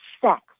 sex